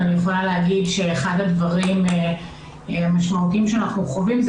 אחד הדברים המשמעותיים שאנחנו חווים זה